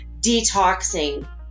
detoxing